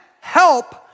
help